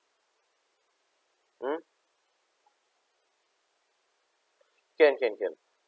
hmm can can can